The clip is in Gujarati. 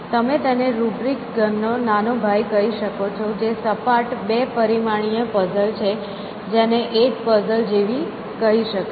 તમે તેને રૂબ્રિક્સ ઘન નો નાનો ભાઈ કહી શકો છો જે સપાટ બે પરિમાણીય પઝલ છે જેને 8 પઝલ જેવી કહી શકાય